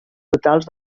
totals